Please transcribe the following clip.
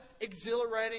exhilarating